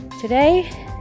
Today